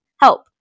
Help